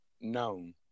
known